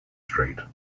street